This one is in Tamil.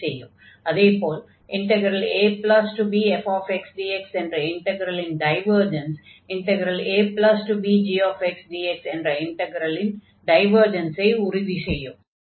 அதே போல் abfxdx என்ற இன்டக்ரலின் டைவர்ஜன்ஸ் abgxdx என்ற இன்டக்ரலின் டைவர்ஜன்ஸை உறுதி செய்யும்